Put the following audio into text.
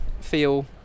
feel